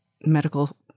medical